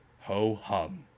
Ho-hum